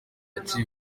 yaciye